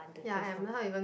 ya I am not even close to her